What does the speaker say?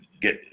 get